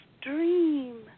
dream